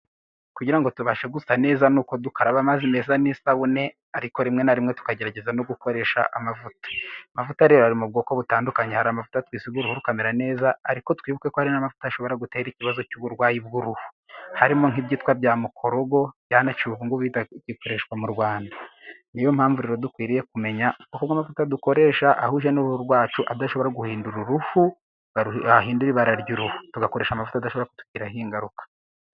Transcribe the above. Kugira ngo tubashe gusa neza, dukaraba amazi meza n'isabune, ariko rimwe na rimwe tukagerageza no gukoresha amavuta .amavuta rero ari mu bwoko butandukanye ,hari amavuta twisiga uruhu rukamera neza ariko twibuke ko hari n'amavuta ashobora gutera ikibazo cy'uburwayi bw'uruhu, harimo nk'ibyitwa bya mukorogo. byaraciwe ubu tibigikoreshwa mu rwanda .niyo mpamvu dukwiriye kumenya ayo dukoresha ahuje n'uruhu rwacu. adashobora guhindura uruhu ,tugakoresha amavuta adashobora tugiraho ingaruka